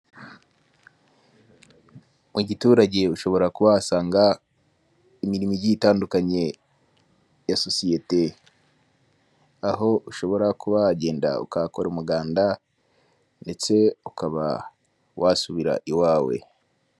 Mu giturage ushobora kuba wahasanga imirimo igiye itandukanye ya sosiyete aho ushobora kuba wagenda ukahakora umuganda ndetse ukaba wasubira iwawe.